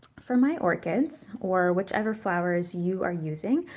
for my orchids or whichever flowers you are using,